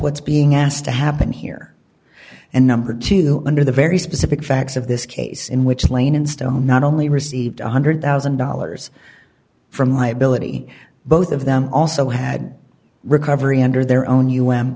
what's being asked to happen here and number two under the very specific facts of this case in which lane and stone not only received one hundred thousand dollars from liability both of them also had a recovery under their own u